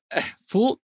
fool